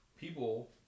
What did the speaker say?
people